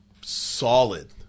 Solid